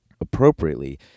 Appropriately